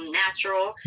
natural